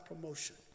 promotion